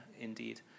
indeed